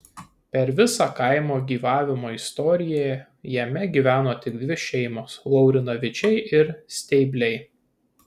per visą kaimo gyvavimo istoriją jame gyveno tik dvi šeimos laurinavičiai ir steibliai